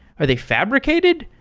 are they fabricated?